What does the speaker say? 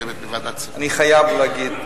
אני חייב להגיב.